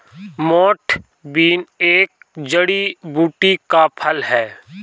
मोठ बीन एक जड़ी बूटी का फल है